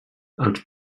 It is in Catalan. els